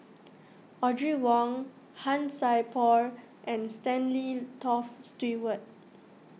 Audrey Wong Han Sai Por and Stanley Toft Stewart